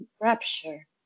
rapture